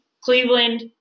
Cleveland